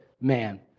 man